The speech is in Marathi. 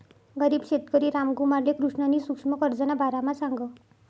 गरीब शेतकरी रामकुमारले कृष्णनी सुक्ष्म कर्जना बारामा सांगं